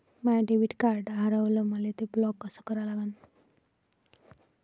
माय debit card हारवलं, मले ते ब्लॉक कस करा लागन?